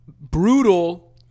brutal